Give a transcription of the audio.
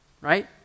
right